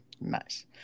Nice